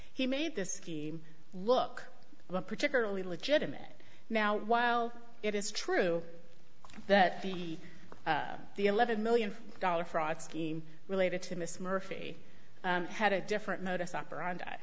he made this look particularly legitimate now while it is true that the the eleven million dollars fraud scheme related to miss murphy had a different modus operandi